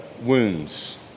wounds